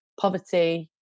poverty